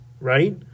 right